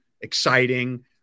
exciting